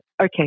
okay